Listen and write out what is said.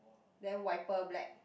then wiper black